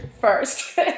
first